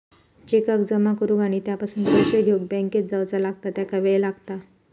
चेकाक जमा करुक आणि त्यापासून पैशे घेउक बँकेत जावचा लागता ज्याका वेळ लागता